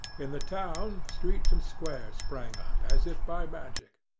in the town streets and squares sprang up, as if by magic.